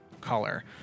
color